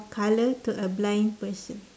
colour to a blind person